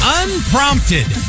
unprompted